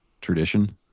tradition